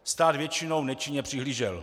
Stát většinou nečinně přihlížel.